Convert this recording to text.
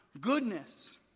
goodness